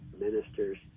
ministers